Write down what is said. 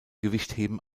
gewichtheben